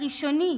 הראשוני,